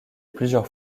plusieurs